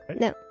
No